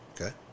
Okay